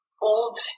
old